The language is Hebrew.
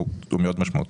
הוא מאוד משמעותי.